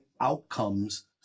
outcomes